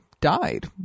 died